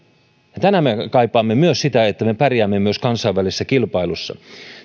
myös tänään me kaipaamme sitä niin että me pärjäämme myös kansainvälisessä kilpailussa